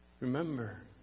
Remember